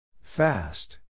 Fast